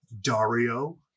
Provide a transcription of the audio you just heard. Dario